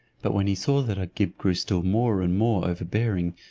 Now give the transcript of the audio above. but when he saw that agib grew still more and more overbearing,